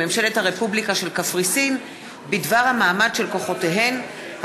ממשלת הרפובליקה של קפריסין בדבר המעמד של כוחותיהן,